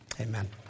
Amen